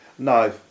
No